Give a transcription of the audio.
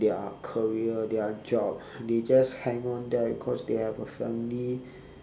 their career their job they just hang on there cause they have a family